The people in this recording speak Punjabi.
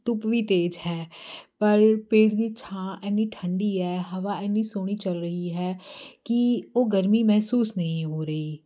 ਧੁੱਪ ਵੀ ਤੇਜ ਹੈ ਪਰ ਪੇੜ ਦੀ ਛਾਂ ਇੰਨੀ ਠੰਢੀ ਹੈ ਹਵਾ ਇੰਨੀ ਸੋਹਣੀ ਚੱਲ ਰਹੀ ਹੈ ਕਿ ਉਹ ਗਰਮੀ ਮਹਿਸੂਸ ਨਹੀਂ ਹੋ ਰਹੀ